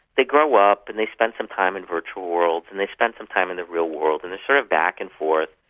they grow up and they spend some time in virtual worlds, and they spend some time in the real world, and are sort of back and forth,